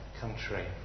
country